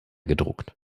gedruckt